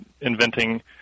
inventing